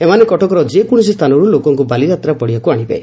ଏମାନେ କଟକର ଯେକୌଣସି ସ୍ଥାନରୁ ଲୋକଙ୍ଙୁ ବାଲିଯାତ୍ରା ପଡିଆକୁ ଆଶିବେ